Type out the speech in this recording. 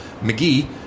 McGee